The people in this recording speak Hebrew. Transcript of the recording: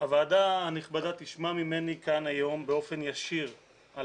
הוועדה הנכבדה תשמע ממני כאן היום באופן ישיר על